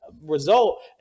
result